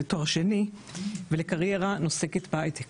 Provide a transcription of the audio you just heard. לתואר שני ולקריירה נוסקת בהיי-טק,